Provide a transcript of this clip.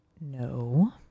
No